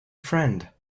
friend